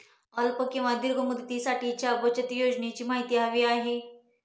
अल्प किंवा दीर्घ मुदतीसाठीच्या बचत योजनेची माहिती हवी आहे